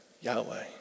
Yahweh